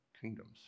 kingdoms